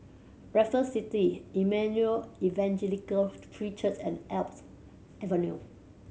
Raffles City Emmanuel Evangelical Free Church and Alps Avenue